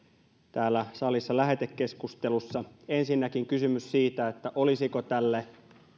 täällä salissa lähetekeskustelussa ensinnäkin kysymys siitä olisiko tälle